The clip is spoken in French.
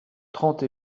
trente